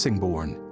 bassingbourn,